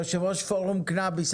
יושב-ראש פורום קנאביס,